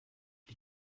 die